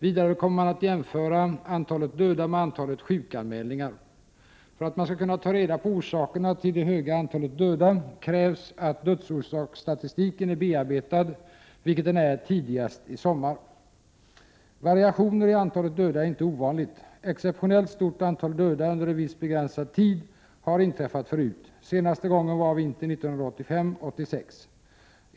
Vidare kommer man att jämföra antalet döda med antalet sjukanmälningar. För att man skall kunna ta reda på orsakerna till det höga antalet döda krävs att dödsorsaksstatistiken är bearbetad, vilket den är tidigast i sommar. Variationer i antalet döda är inte ovanligt. Exceptionellt stort antal döda under viss begränsad tid har inträffat förut. Senaste gången var vintern 1985/86.